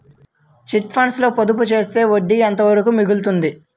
Chit funds లో పొదుపు చేస్తే వడ్డీ ఎంత వరకు మిగులుతుంది?